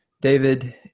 David